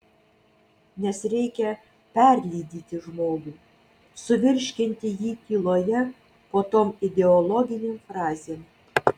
nes reikia perlydyti žmogų suvirškinti jį tyloje po tom ideologinėm frazėm